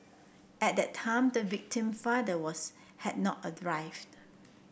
at that time the victim father was had not